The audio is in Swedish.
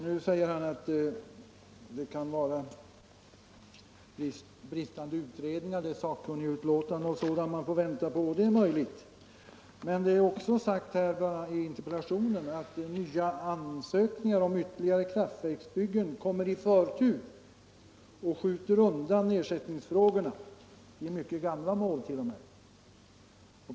Nu säger justitieministern att väntan på resultat av utredningar, sakkunnigutlåtanden, och annat sådant bidrar till förseningarna. Det är möjligt, men det är också sagt i interpellationen att nya ansökningar om ytterligare kraftverksbyggen har förtur och skjuter undan ersättningsfrågorna, t.o.m. i mycket gamla mål.